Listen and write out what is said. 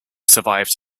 survived